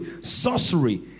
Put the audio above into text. sorcery